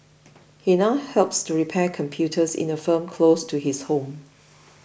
he now helps to repair computers in a firm close to his home